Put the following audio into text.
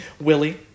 Willie